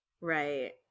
Right